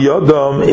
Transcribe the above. Yodom